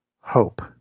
Hope